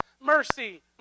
mercy